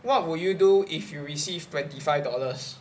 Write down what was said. what would you do if you receive twenty five dollars